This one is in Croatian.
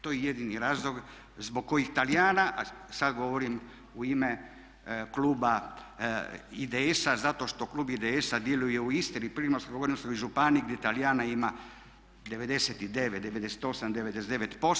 To je jedini razlog zbog kojih Talijana, a sad govorim u ime kluba IDS-a zato što klub IDS-a djeluje u Istri i u Primorsko-goranskoj županiji gdje talijana ima 99, 98, 99%